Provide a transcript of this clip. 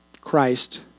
Christ